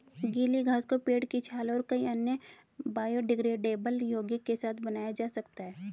गीली घास को पेड़ की छाल और कई अन्य बायोडिग्रेडेबल यौगिक के साथ बनाया जा सकता है